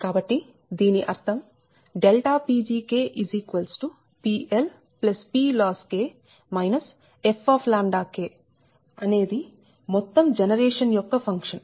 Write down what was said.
కాబట్టి దీని అర్థం PgPLPLossK fK అనేది మొత్తం జనరేషన్ యొక్క ఫంక్షన్